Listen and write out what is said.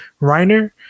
Reiner